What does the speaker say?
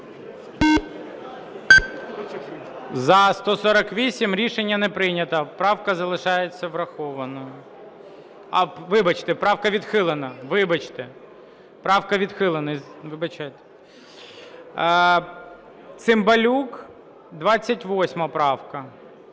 За-148 Рішення не прийнято. Правка залишається врахованою. Вибачте, правка відхилена. Вибачте. Правка відхилена. Вибачайте. Цимбалюк, 28 правка.